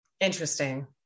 Interesting